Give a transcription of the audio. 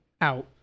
out